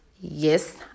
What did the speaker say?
Yes